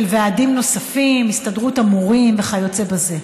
של ועדים נוספים, הסתדרות המורים וכיוצא בזה.